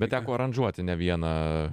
bet teko aranžuoti ne vieną